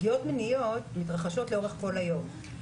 פגיעות מיניות מתרחשות לאורך כל היום.